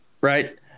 right